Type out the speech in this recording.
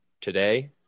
today